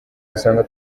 gusanga